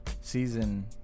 season